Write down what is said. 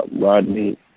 Rodney